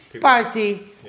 Party